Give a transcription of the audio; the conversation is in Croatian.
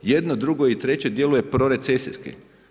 Jedno, drugo i treće djeluje prorecesijski.